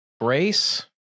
Grace